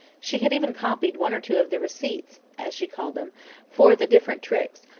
she had even copied one or two of the receipts as she called them for the different tricks,